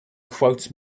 quote